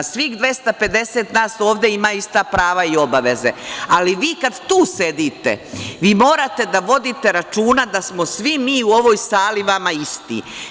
Svih 250 nas ovde ima ista prava i obaveze, ali vi, kada tu sedite, vi morate da vodite računa da smo svi mi u ovoj sali vama isti.